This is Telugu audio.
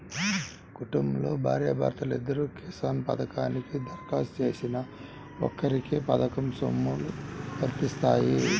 కుటుంబంలో భార్యా భర్తలిద్దరూ కిసాన్ పథకానికి దరఖాస్తు చేసినా ఒక్కరికే పథకం సొమ్ములు వత్తాయి